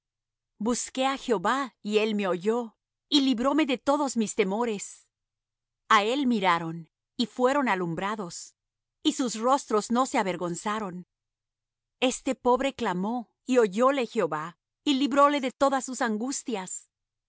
busqué á jehová y él me oyó y libróme de todos mis temores a él miraron y fueron alumbrados y sus rostros no se avergonzaron este pobre clamó y oyóle jehová y librólo de todas sus angustias